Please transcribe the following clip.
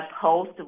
post